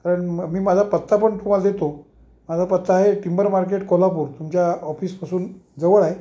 कारण म मी माझा पत्ता पण तुम्हाला देतो माझा पत्ता आहे टिंबर मार्केट कोल्हापूर तुमच्या ऑफिसपासून जवळ आहे